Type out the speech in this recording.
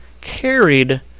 carried